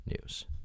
news